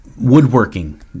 woodworking